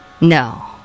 No